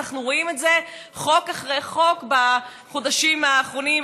ואנחנו רואים את זה חוק אחרי חוק בחודשים האחרונים,